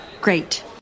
Great